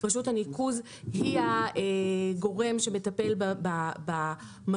רשות הניקוז היא הגורם שמטפל במקום,